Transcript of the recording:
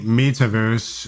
metaverse